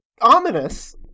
ominous